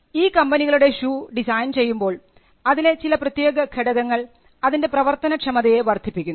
ഈ കമ്പനികളുടെ shoe design ചെയ്യുമ്പോൾ അതിലെ ചില പ്രത്യേക ഘടകങ്ങൾ അതിൻറെ പ്രവർത്തനക്ഷമതയെ വർദ്ധിപ്പിക്കുന്നു